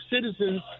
citizens